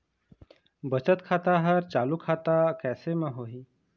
बचत खाता हर चालू खाता कैसे म होही?